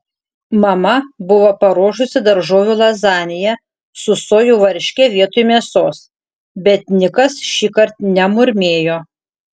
mama buvo paruošusi daržovių lazaniją su sojų varške vietoj mėsos bet nikas šįkart nemurmėjo